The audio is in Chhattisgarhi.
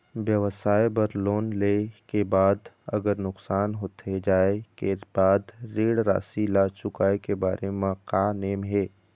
व्यवसाय बर लोन ले के बाद अगर नुकसान होथे जाय के बाद ऋण राशि ला चुकाए के बारे म का नेम हे?